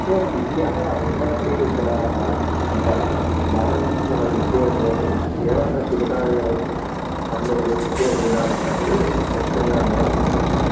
నిత్య అన్నదానం ఉండదు అండి ఇక్కడ అంత దానం చేసే వాళ్ళు ఎక్కువ ఏమి లేరు ఏమన్నా శుభకార్యాలు పండుగలు విశేష దినాలు ఉన్నప్పుడు ఖచ్చితంగా అన్నదానం ఉంటుంది